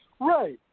Right